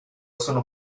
sono